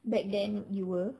back then you were